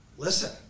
Listen